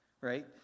right